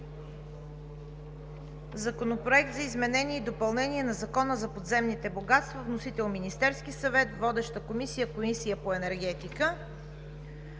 Законопроект за изменение и допълнение на Закона за подземните богатства. Внесен е от Министерския съвет. Водеща е Комисията по енергетиката.